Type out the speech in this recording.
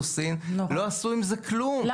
האוכלוסין וההגירה ולא עשו עם זה כלום! זה נוראי,